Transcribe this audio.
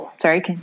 sorry